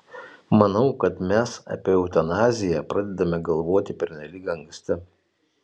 manau kad mes apie eutanaziją pradedame galvoti pernelyg anksti